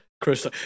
Chris